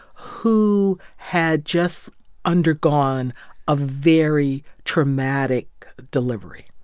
who had just undergone a very traumatic delivery.